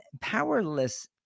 powerless